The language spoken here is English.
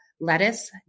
Lettuce